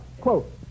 Quote